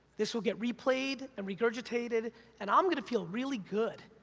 this will get replayed and regurgitated and i'm gonna feel really good.